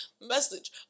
message